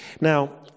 Now